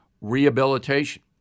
rehabilitation